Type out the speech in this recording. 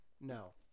No